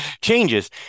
changes